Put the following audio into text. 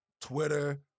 Twitter